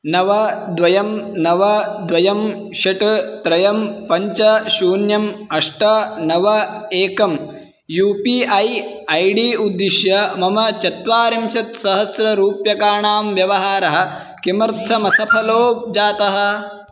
नव द्वे नव द्वे षट् त्रीणि पञ्च शून्यम् अष्ट नव एकं U P I I D उद्दिश्य मम चत्वारिंशत्सहस्रं रूप्यकाणां व्यवहारः किमर्थम् असफलो जातः